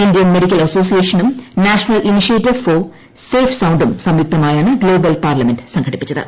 Indian medical അസോസിയേഷനും national initiative for safe സൌണ്ടും സംയുക്തമായാണ് ഗ്ലോബൽ പാർലമെന്റ് സംഘടിപ്പിച്ചത്